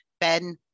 Ben